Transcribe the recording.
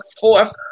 fourth